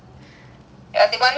ya they one week earlier right